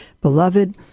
Beloved